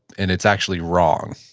and it's actually wrong?